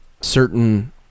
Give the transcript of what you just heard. certain